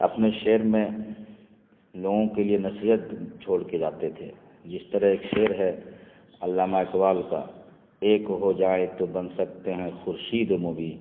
اپنے شعر میں لوگوں کے لیے نصیحت چھوڑ کے جاتے تھے جس طرح ایک شعر ہے علامہ اقبال کا ایک ہو جائیں تو بن سکتے ہیں خورشید و مبیں